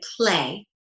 play